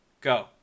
Go